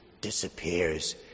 disappears